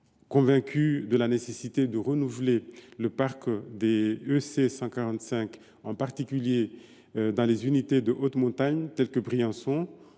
Convaincus de la nécessité de renouveler le parc des EC145, en particulier dans les unités de haute montagne telles que Briançon,